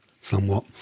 somewhat